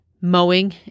mowing